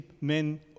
men